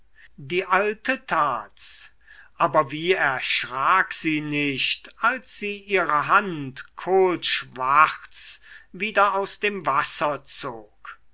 die alte tat's aber wie erschrak sie nicht als sie ihre hand kohlschwarz wieder aus dem wasser zog